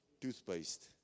Toothpaste